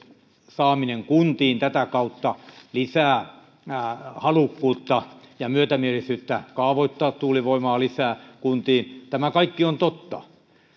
saaminen kuntiin tätä kautta lisää halukkuutta ja myötämielisyyttä kaavoittaa tuulivoimaa lisää kuntiin tämä kaikki on totta